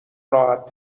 راحت